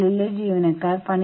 ഇത് എന്റെ ഷെയർ ആണ്